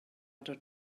other